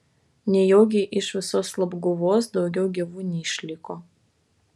nejaugi iš visos labguvos daugiau gyvų neišliko